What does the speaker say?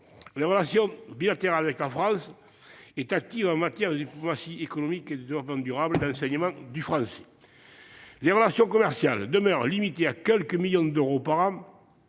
La relation bilatérale avec la France est active en matière de diplomatie économique, de développement durable et d'enseignement du français. Les relations commerciales demeurent limitées à quelques millions d'euros par an